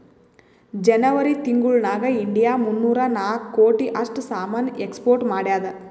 ಜನೆವರಿ ತಿಂಗುಳ್ ನಾಗ್ ಇಂಡಿಯಾ ಮೂನ್ನೂರಾ ನಾಕ್ ಕೋಟಿ ಅಷ್ಟ್ ಸಾಮಾನ್ ಎಕ್ಸ್ಪೋರ್ಟ್ ಮಾಡ್ಯಾದ್